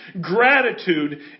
Gratitude